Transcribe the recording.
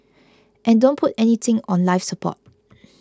and don't put anything on life support